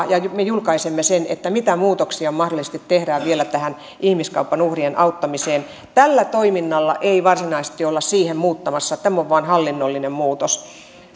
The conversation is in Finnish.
ja me julkaisemme sen mitä muutoksia mahdollisesti tehdään vielä tähän ihmiskaupan uhrien auttamiseen tällä toiminnalla ei varsinaisesti olla siihen puuttumassa tämä on vain hallinnollinen muutos